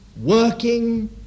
working